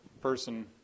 person